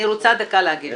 אני רוצה להגיד לכם,